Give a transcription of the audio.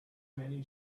many